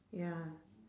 ya